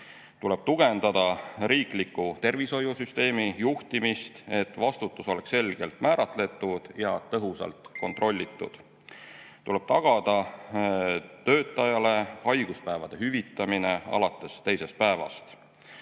Tuleb tugevdada riikliku tervishoiusüsteemi juhtimist, et vastutus oleks selgelt määratletud ja tõhusalt kontrollitud. Tuleb tagada töötajale haiguspäevade hüvitamine alates teisest päevast.